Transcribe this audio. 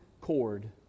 cord